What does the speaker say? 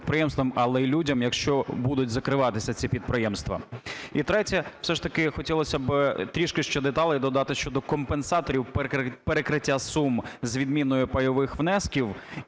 але й людям, якщо будуть закриватися ці підприємства. І третє, все ж таки хотілось би трішки ще деталей додати щодо компенсаторів перекриття сум з відміною пайових внесків,